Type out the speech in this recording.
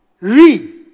Read